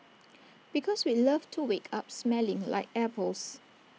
because we'd love to wake up smelling like apples